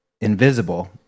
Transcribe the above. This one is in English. invisible